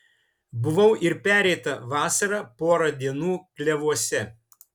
buvau ir pereitą vasarą porą dienų klevuose